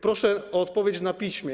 Proszę o odpowiedź na piśmie.